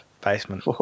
basement